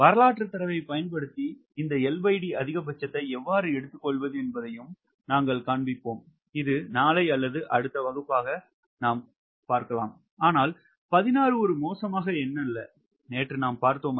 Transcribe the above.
வரலாற்றுத் தரவைப் பயன்படுத்தி இந்த LD அதிகபட்சத்தை எவ்வாறு எடுத்துக்கொள்வது என்பதையும் நாங்கள் காண்பிப்போம் இது நாளை அல்லது அடுத்த வகுப்பாக இருக்கலாம் ஆனால் 16 ஒரு மோசமான எண் அல்ல நேற்று நாம் பார்த்தோம்